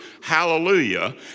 Hallelujah